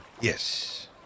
Yes